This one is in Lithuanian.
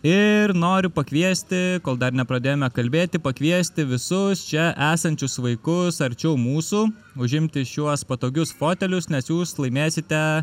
ir noriu pakviesti kol dar nepradėjome kalbėti pakviesti visus čia esančius vaikus arčiau mūsų užimti šiuos patogius fotelius nes jūs laimėsite